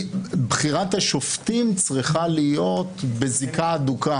בחירת השופטים צריכה להיות בזיקה הדוקה